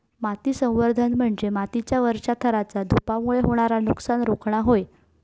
माती संवर्धन म्हणजे मातीच्या वरच्या थराचा धूपामुळे होणारा नुकसान रोखणा होय